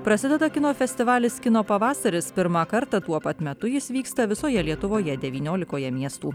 prasideda kino festivalis kino pavasaris pirmą kartą tuo pat metu jis vyksta visoje lietuvoje devyniolikoje miestų